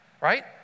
Right